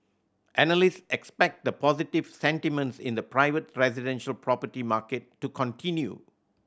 analyst expect the positive sentiments in the private residential property market to continue